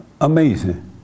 amazing